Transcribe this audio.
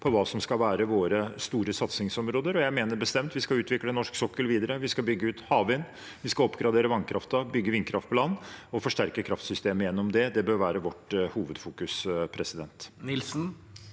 på hva som skal være våre store satsingsområder, og jeg mener bestemt at vi skal utvikle norsk sokkel videre. Vi skal bygge ut havvind, vi skal oppgradere vannkraften, bygge vindkraft på land og forsterke kraftsystemet gjennom det. Det bør være vårt hovedfokus. Marius